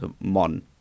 Mon